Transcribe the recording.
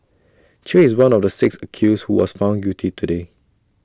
chew is one of the six accused who was found guilty today